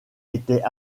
étaient